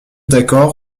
d’accord